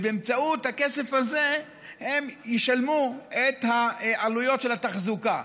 ובאמצעות הכסף הזה הם ישלמו את העלויות של התחזוקה.